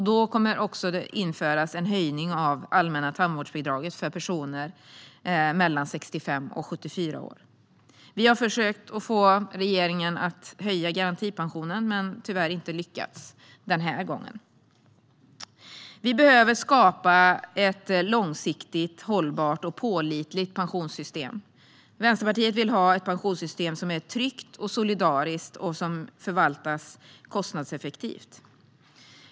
Då införs också en höjning av det allmänna tandvårdsbidraget för personer som är 65-74 år gamla. Vi har försökt att få regeringen att höja garantipensionen men tyvärr inte lyckats, i alla fall inte den här gången. Vi behöver skapa ett långsiktigt, hållbart och pålitligt pensionssystem. Vänsterpartiet vill ha ett pensionssystem som är tryggt och solidariskt och som förvaltas kostnadseffektivt.